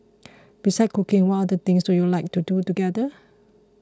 besides cooking what other things do you like to do together